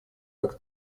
как